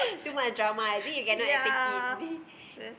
too much drama is it you cannot take it